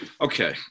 Okay